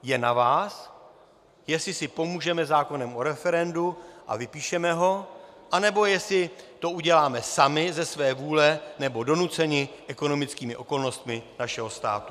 Je na vás, jestli si pomůžeme zákonem o referendu a vypíšeme ho, anebo jestli to uděláme sami ze své vůle nebo donuceni ekonomickými okolnostmi našeho státu.